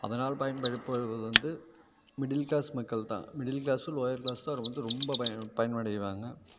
அதனால் பயன்படப்போகிறது வந்து மிடில் கிளாஸ் மக்கள்தான் மிடில் கிளாஸு லோயர் கிளாஸ் தான் வந்து ரொம்ப பயன் பயனடைவாங்க